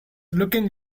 looking